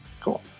Cool